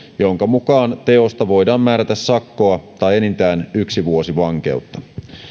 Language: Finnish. jonka mukaan teosta voidaan määrätä sakkoa tai enintään yksi vuosi vankeutta